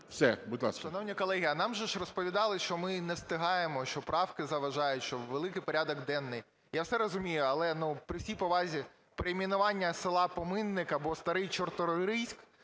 Все. Будь ласка.